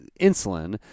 insulin